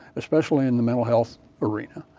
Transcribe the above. especially in the mental health arena.